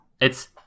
It's-